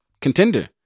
Contender